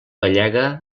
gallega